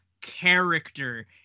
character